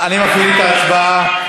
אני מפעיל את ההצבעה.